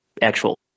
actual